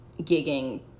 gigging